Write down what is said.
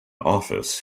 office